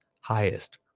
highest